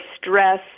stress